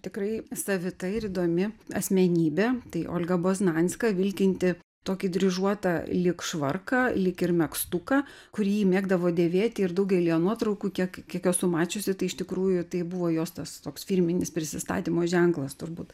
tikrai savita ir įdomi asmenybė tai olga boznanska vilkinti tokį dryžuotą lyg švarką lyg ir megztuką kurį ji mėgdavo dėvėti ir daugelyje nuotraukų kiek kiek esu mačiusi tai iš tikrųjų tai buvo jos tas toks firminis prisistatymo ženklas turbūt